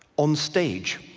on stage.